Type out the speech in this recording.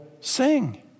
sing